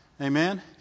Amen